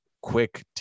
quick